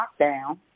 lockdown